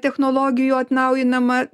technologijų atnaujinama